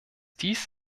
dies